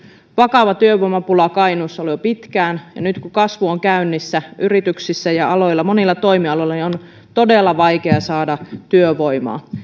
vakava työvoimapula on kainuussa ollut jo pitkään nyt kun kasvu on käynnissä yrityksissä ja monilla toimialoilla on todella vaikea saada työvoimaa